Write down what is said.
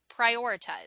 prioritize